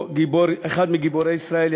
אחד מגיבורי ישראל,